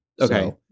Okay